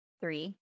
Three